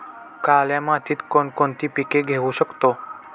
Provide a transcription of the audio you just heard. काळ्या मातीत कोणकोणती पिके घेऊ शकतो?